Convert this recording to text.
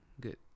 good